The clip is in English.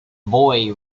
boy